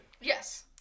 Yes